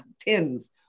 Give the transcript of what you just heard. tins